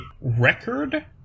record